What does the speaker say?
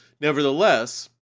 Nevertheless